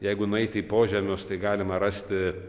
jeigu nueiti į požemius tai galima rasti